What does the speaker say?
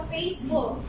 Facebook